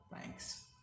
Thanks